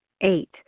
eight